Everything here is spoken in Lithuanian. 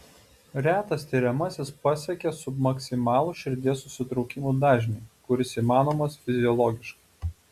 retas tiriamasis pasiekia submaksimalų širdies susitraukimų dažnį kuris įmanomas fiziologiškai